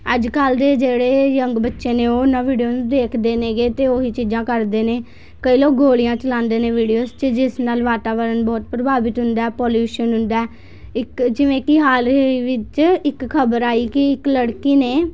ਅੱਜ ਕੱਲ੍ਹ ਦੇ ਜਿਹੜੇ ਯੰਗ ਬੱਚੇ ਨੇ ਓਹ ਉਹਨਾਂ ਵੀਡੀਓ ਨੂੰ ਦੇਖਦੇ ਨੇਗੇ ਅਤੇ ਓਹੀ ਚੀਜ਼ਾਂ ਕਰਦੇ ਨੇ ਕਈ ਲੋਕ ਗੋਲੀਆਂ ਚਲਾਉਂਦੇ ਨੇ ਵੀਡੀਓਜ਼ 'ਚ ਜਿਸ ਨਾਲ ਵਾਤਾਵਰਨ ਬਹੁਤ ਪ੍ਰਭਾਵਿਤ ਹੁੰਦਾ ਪੋਲਿਊਸ਼ਨ ਹੁੰਦਾ ਇੱਕ ਜਿਵੇਂ ਕਿ ਹਾਲ ਹੀ ਵਿੱਚ ਇੱਕ ਖਬਰ ਆਈ ਕਿ ਇੱਕ ਲੜਕੀ ਨੇ